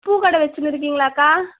பூ கடை வச்சுனு இருக்கீங்களாக்கா